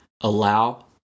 allow